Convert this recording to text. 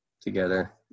together